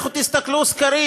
לכו תסתכלו בסקרים.